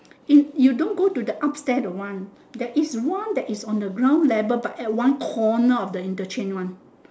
is you don't go to the upstairs the one there is one that is on the ground level but is at the one corner of the interchange one